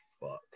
Fuck